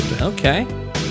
Okay